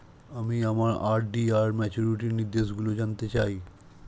আমি আমার আর.ডি র ম্যাচুরিটি নির্দেশগুলি জানতে চাই